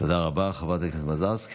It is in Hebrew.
תודה רבה לחברת הכנסת מזרסקי.